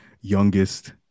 youngest